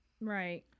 Right